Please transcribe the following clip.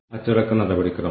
ചില ലിങ്കുകൾ ഇവിടെ ഉണ്ട്